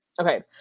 okay